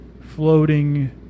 floating